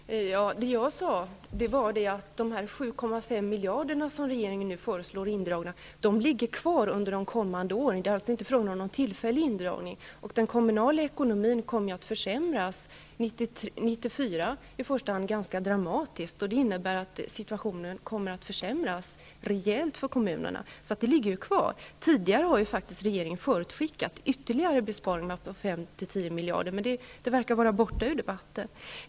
Herr talman! Det jag sade var att de 7,5 miljarder som regeringen nu föreslår indragna ligger kvar under de kommande åren. Det är inte fråga om någon tillfällig indragning. Den kommunala ekonomin kommer att försämras ganska dramatiskt, i första hand 1994. Det innebär rejält försämrade ekonomiska förutsättningar för kommunerna. Regeringen har faktiskt tidigare förutskickat ytterligare besparingar om 5--10 miljarder. Men den frågan verkar inte längre finnas med i debatten.